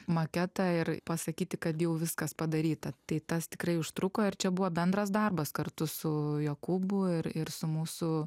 maketą ir pasakyti kad jau viskas padaryta tai tas tikrai užtruko ir čia buvo bendras darbas kartu su jokūbu ir ir su mūsų